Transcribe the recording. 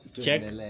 Check